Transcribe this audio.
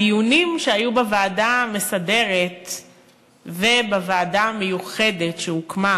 הדיונים שהיו בוועדה המסדרת ובוועדה המיוחדת שהוקמה